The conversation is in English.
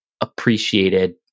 appreciated